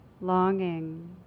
longing